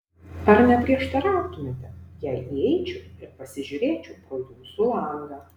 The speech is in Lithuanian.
ar neprieštarautumėte jei įeičiau ir pasižiūrėčiau pro jūsų langą